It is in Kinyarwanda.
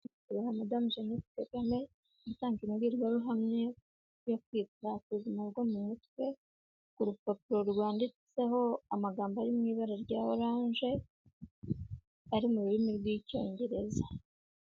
Nyakubahwa Madamu Jeannette Kagame yatanze imbwirwaruhame yo kwitwa ku buzima bwo mu mutwe ku rupapuro rwanditseho amagambo ari mu ibara rya orange, ari mu rurimi rw'Icyongereza.